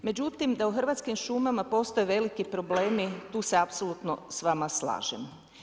Međutim, da u Hrvatskim šumama, postoje veliki problemi, tu se apsolutno s vama slažem.